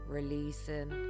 releasing